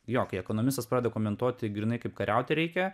jo kai ekonomistas pradeda komentuoti grynai kaip kariauti reikia